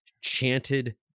chanted